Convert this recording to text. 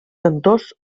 cantors